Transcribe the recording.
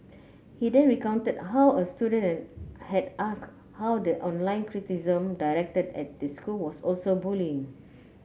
he then recounted how a student had asked how the online criticism directed at the school was also bullying